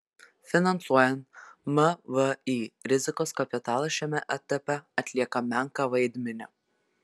finansuojant mvį rizikos kapitalas šiame etape atlieka menką vaidmenį